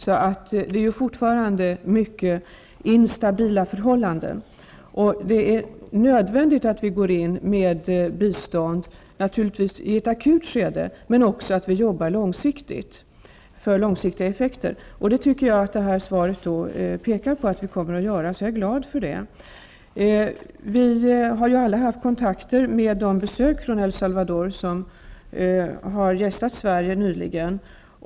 Det råder alltså fortfarande mycket instabila förhållanden i landet. Det är därför nödvändigt att vi ger bistånd, naturligtvis i ett akut skede men också långsiktigt. Jag tycker att Alf Svensson i detta svar pekar på att Sverige kom mer att göra det, och jag är glad över det. Vi har alla haft kontakter med de personer från El Salvador som har gästat Sverige nyligen.